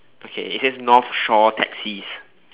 okay it says North Shore taxis